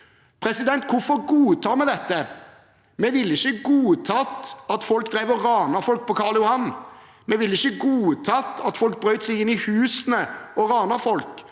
står bak. Hvorfor godtar vi dette? Vi ville ikke godtatt at folk drev på med å rane folk på Karl Johan. Vi ville ikke godtatt at folk brøt seg inn i husene og ranet folk.